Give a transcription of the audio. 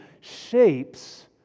shapes